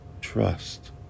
Trust